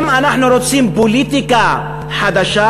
אם אנחנו רוצים פוליטיקה חדשה,